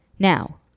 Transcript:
Now